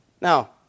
Now